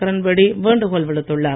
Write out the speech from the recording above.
கிரண் பேடி வேண்டுகோள் விடுத்துள்ளார்